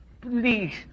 Please